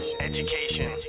education